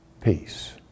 peace